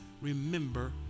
remember